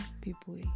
people